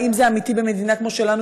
האם זה אמיתי במדינה כמו שלנו,